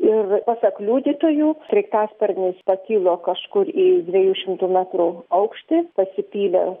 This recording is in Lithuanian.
ir pasak liudytojų sraigtasparnis pakilo kažkur į dvejų šimtų metrų aukštį pasipylė